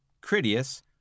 Critias